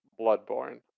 Bloodborne